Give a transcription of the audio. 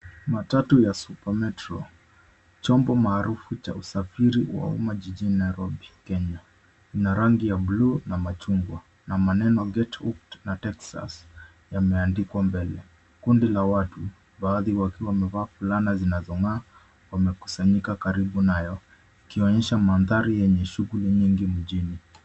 Matatu ya Super Metro, chombo maarufu cha usafiri wa umma jijini Nairobi Kenya. Ina rangi ya bluu na machungwa na maneno Get Hooked na Texas yameandikwa mbele. Kundi la watu baadhi wakiwa wamevaa fulana zinazong'aa wamekusanyika karibu nayo ikionyesha mandhari yenye shughuli nyingi mjini.